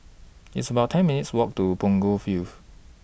It's about ten minutes' Walk to Punggol Field